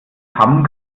hamm